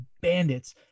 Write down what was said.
bandits